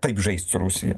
taip žaist su rusija